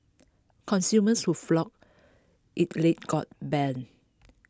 consumers who flocked IT late got bun